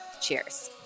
cheers